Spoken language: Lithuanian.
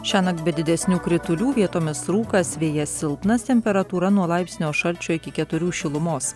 šiąnakt be didesnių kritulių vietomis rūkas vėjas silpnas temperatūra nuo laipsnio šalčio iki keturių šilumos